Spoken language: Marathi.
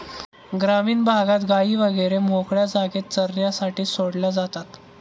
ग्रामीण भागात गायी वगैरे मोकळ्या जागेत चरण्यासाठी सोडल्या जातात